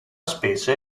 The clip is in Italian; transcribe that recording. specie